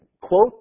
quote